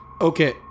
Okay